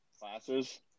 classes